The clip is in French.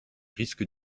risques